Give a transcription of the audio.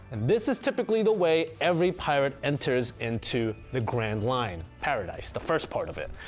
and this is typically the way every pirate enters into the grand line, paradise, the first part of it.